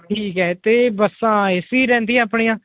ਠੀਕ ਹੈ ਅਤੇ ਬੱਸਾਂ ਏਸੀ ਰਹਿੰਦੀਆਂ ਆਪਣੀਆਂ